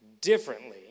differently